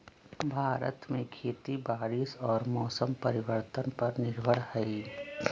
भारत में खेती बारिश और मौसम परिवर्तन पर निर्भर हई